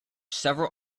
several